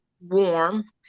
warm